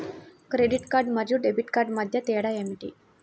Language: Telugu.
క్రెడిట్ కార్డ్ మరియు డెబిట్ కార్డ్ మధ్య తేడా ఏమిటి?